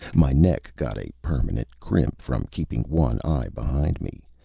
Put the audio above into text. my neck got a permanent crimp from keeping one eye behind me.